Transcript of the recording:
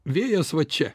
vėjas va čia